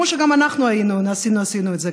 כמו שגם אנחנו היינו ועשינו את זה,